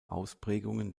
ausprägungen